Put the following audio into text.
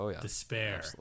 despair